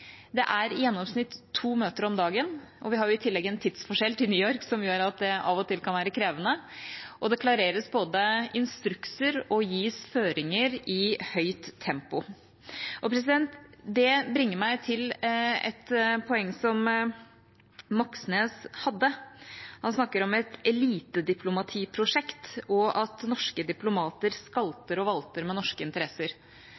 Det er i gjennomsnitt to møter om dagen, og vi har i tillegg en tidsforskjell til New York som gjør at det av og til kan være krevende. Det både klareres instrukser og gis føringer i høyt tempo. Det bringer meg til et poeng som representanten Moxnes hadde. Han snakker om et elitediplomatiprosjekt og at norske diplomater